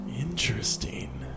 Interesting